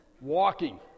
walking